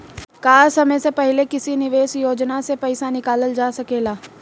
का समय से पहले किसी निवेश योजना से र्पइसा निकालल जा सकेला?